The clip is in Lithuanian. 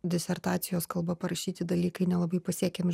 disertacijos kalba parašyti dalykai nelabai pasiekiami